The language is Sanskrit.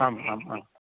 आम् आम् आम्